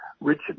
Richard